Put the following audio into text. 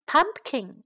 ？Pumpkin